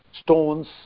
stones